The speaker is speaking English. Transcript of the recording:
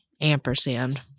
Ampersand